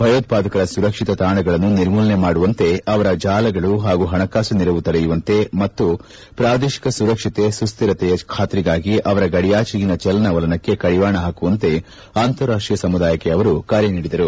ಭಯೋತ್ವಾದಕರ ಸುರಕ್ಷಿತ ತಾಣಗಳನ್ನು ನಿರ್ಮೂಲನೆ ಮಾಡುವಂತೆ ಅವರ ಜಾಲಗಳು ಹಾಗೂ ಹಣಕಾಸು ನೆರವು ತಡೆಯುವಂತೆ ಮತ್ತು ಪ್ರಾದೇಶಿಕ ಸುರಕ್ಷತೆ ಸುಸ್ವಿತರತೆಯ ಖಾತ್ರಿಗಾಗಿ ಅವರ ಗಡಿಯಾಚೆಗಿನ ಚಲನವಲನಕ್ಕೆ ಕಡಿವಾಣ ಹಾಕುವಂತೆ ಅಂತಾರಾಷ್ಟೀಯ ಸಮುದಾಯಕ್ಕೆ ಅವರು ಕರೆ ನೀಡಿದರು